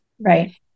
Right